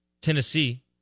Tennessee